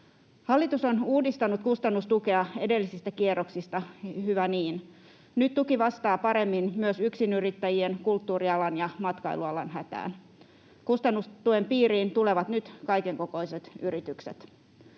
Hallitus on uudistanut kustannustukea edellisistä kierroksista — hyvä niin. Nyt tuki vastaa paremmin myös yksinyrittäjien, kulttuurialan ja matkailualan hätään. Kustannustuen piiriin tulevat nyt kaikenkokoiset yritykset.